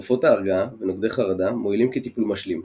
תרופות הרגעה ונוגדי חרדה מועילים כטיפול משלים,